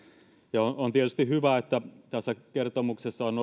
ja sääntelyhaasteet on tietysti hyvä että tässä kertomuksessa on